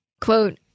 quote